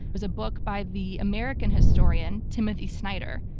is a book by the american historian, timothy snyder.